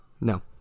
No